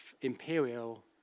imperial